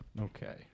Okay